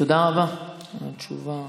תודה רבה על התשובה.